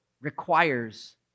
requires